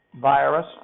Virus